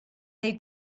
they